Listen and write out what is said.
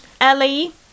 Ellie